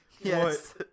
Yes